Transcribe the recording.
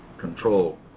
control